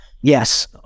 Yes